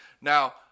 Now